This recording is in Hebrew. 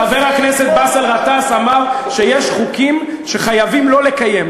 חבר הכנסת באסל גטאס אמר שיש חוקים שחייבים לא לקיים.